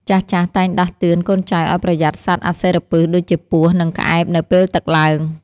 ចាស់ៗតែងដាស់តឿនកូនចៅឱ្យប្រយ័ត្នសត្វអាសិរពិសដូចជាពស់ និងក្អែបនៅពេលទឹកឡើង។